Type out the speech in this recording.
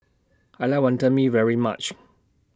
I like Wantan Mee very much